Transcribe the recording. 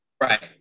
Right